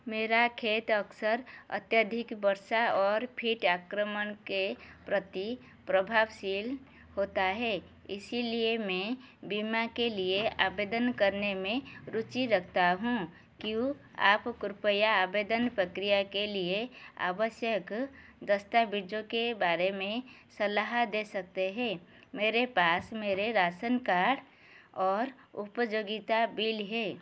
मेरा खेत अक्सर अत्यधिक वर्षा और फिट आक्रमण के प्रति प्रभावशील होता है इसलिए मैं बीमा के लिए आवेदन करने में रुचि रखता हूँ क्यों आप कृपया आवेदन प्रक्रिया के लिए आवश्यक दस्तावेज़ों के बारे में सलाह दे सकते हैं मेरे पास मेरे रासन कार्ड और उपयोगिता बिल हैं